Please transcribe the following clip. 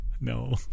No